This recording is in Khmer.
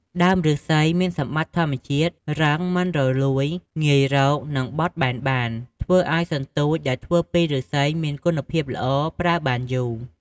ដើមឬស្សីមានសម្បត្តិធម្មជាតិ រឹង មិនរលួយ ងាយរក និងបត់បែនបាន ធ្វើឲ្យសន្ទូចដែលធ្វើពីឬស្សីមានគុណភាពល្អ ប្រើបានយូរ។